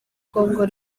congo